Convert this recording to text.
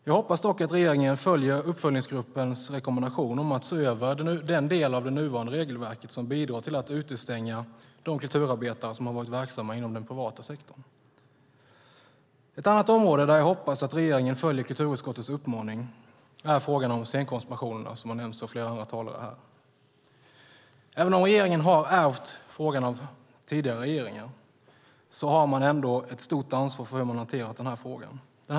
Jag hoppas dock att regeringen följer uppföljningsgruppens rekommendation att se över den del av nuvarande regelverket som bidrar till att utestänga de kulturarbetare som har varit verksamma inom den privata sektorn. Ett annat område där jag också hoppas att regeringen följer kulturutskottets uppmaning är frågan om scenkonstpensionerna, som har nämnts av flera andra talare här. Även om regeringen har ärvt frågan av tidigare regering har man ett stort ansvar för hur man hanterat frågan.